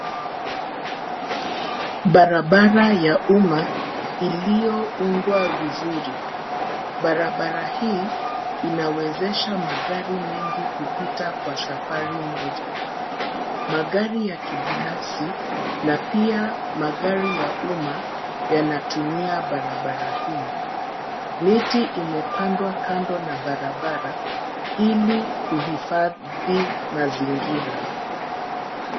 Barabara ya umma iliyoundwa vizuri. Barabara hii inawezesha magari mengi kupita kwa safari moja. Magari ya kibinafsi na pia magari ya umma yanatumia barabara hii. Miti imepandwa kando na barabara, ili kuhifadhi mazingira.